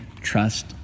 trust